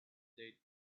date